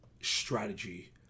strategy